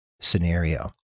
scenario